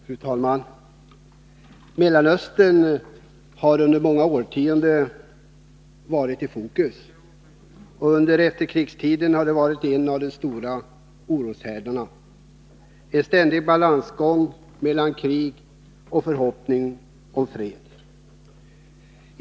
Fru talman! Mellanöstern har under många årtionden varit i fokus. Under efterkrigstiden har den varit en av de stora oroshärdarna — där har varit en ständig balansgång mellan krig och förhoppning om fred.